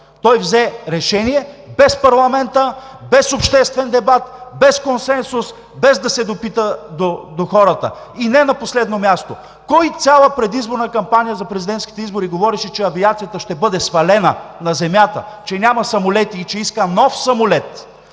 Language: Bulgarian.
Той взе решение без парламента, без обществен дебат, без консенсус, без да се допита до хората. И не на последно място, кой цяла предизборна кампания за президентските избори говореше, че авиацията ще бъде свалена на земята, че няма самолети и че иска нов самолет?